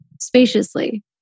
spaciously